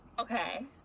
Okay